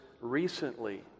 recently